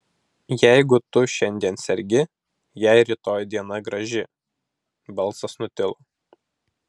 jeigu tu šiandien sergi jei rytoj diena graži balsas nutilo